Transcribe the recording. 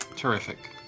Terrific